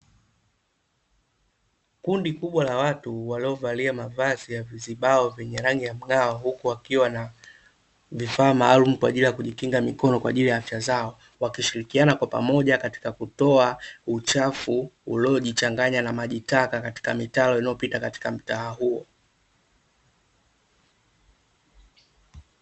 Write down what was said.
Kundi kubwa la watu waliovalia mavazi ya vizibao vyenye rangi ya mgao huku wakiwa na vifaa maalum kwa ajili ya kujikinga mikono kwa ajili ya afya zao wakishirikiana kwa pamoja katika kutoa uchafu uliojichanganya na maji taka katika mitaro iliyopita katika mtaa huo .